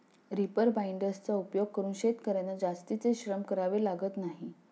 reaper बाइंडर्सचा उपयोग करून शेतकर्यांना जास्तीचे श्रम करावे लागत नाही